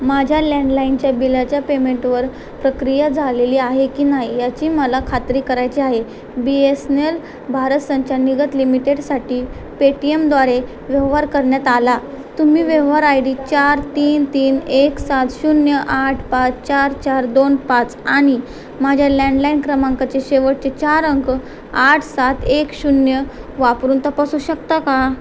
माझ्या लँडलाईनच्या बिलाच्या पेमेंटवर प्रक्रिया झालेली आहे की नाही याची मला खात्री करायची आहे बीएसनेल भारत संचार निगम लिमिटेडसाटी पेटीएमद्वारे व्यवहार करण्यात आला तुम्ही व्यवहार आय डी चार तीन तीन एक सात शून्य आठ पाच चार चार दोन पाच आणि माझ्या लँडलाईन क्रमांकाचे शेवटचे चार अंक आठ सात एक शून्य वापरून तपासू शकता का